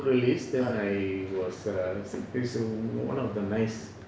ah